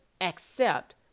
accept